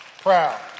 Proud